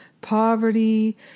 poverty